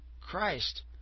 Christ